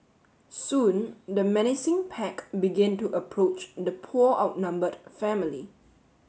soon the menacing pack began to approach the poor outnumbered family